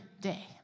day